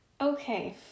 okay